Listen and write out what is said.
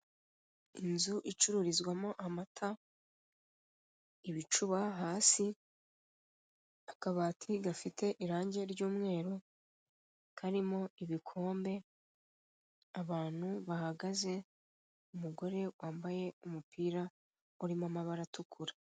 Inzu icururizwamo amata, ibicuba hasi, akabati gafite irange ry'umweru, karimo ibikombe, abantu bahagaze, umugore ambaye umupira urimo amabara atukura.